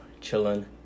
chilling